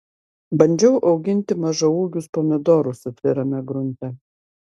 bandžiau auginti mažaūgius pomidorus atvirame grunte